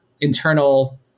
internal